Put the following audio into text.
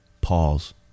Pause